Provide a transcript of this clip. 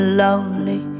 lonely